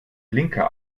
blinker